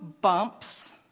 bumps